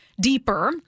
deeper